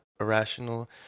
irrational